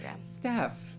Steph